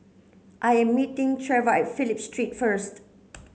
I am meeting Treva at Phillip Street first